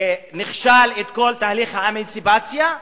ונכשל כל תהליך האמנציפציה,